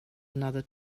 another